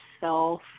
self